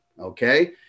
Okay